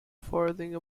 farthing